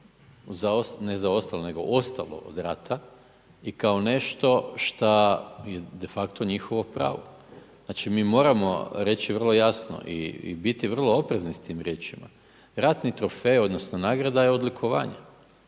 ne zaostalo nego ostalo od rata i kao nešto šta je de facto njihovo pravo. Znači mi moramo reći vrlo jasno i biti vrlo oprezni s tim riječima. Ratni trofej odnosno nagrada je odlikovanje.